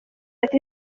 ati